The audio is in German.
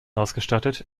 ausgestattet